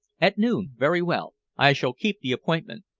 at noon. very well. i shall keep the appointment.